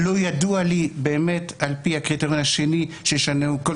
לא ידוע לי על פי הקריטריון השני שיש לנו כל